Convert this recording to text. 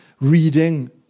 Reading